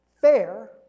fair